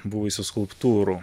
buvusių skulptūrų